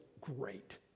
great